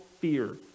fear